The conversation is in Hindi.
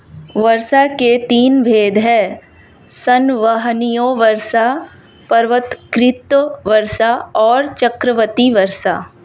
वर्षा के तीन भेद हैं संवहनीय वर्षा, पर्वतकृत वर्षा और चक्रवाती वर्षा